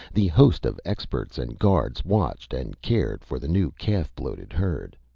the host of experts and guards watched and cared for the new calf-bloated herd.